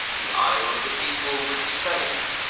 the idol of the people would be saved,